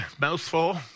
mouthful